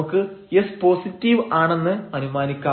നമുക്ക് s positive ആണെന്ന് അനുമാനിക്കാം